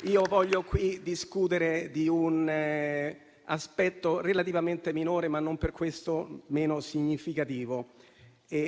Desidero discutere di un aspetto relativamente minore, ma non per questo meno significativo.